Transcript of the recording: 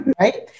right